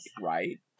right